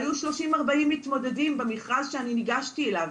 היו שלושים או ארבעים מתמודדים במכרז שאני ניגשתי אליו.